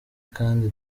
kandi